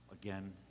again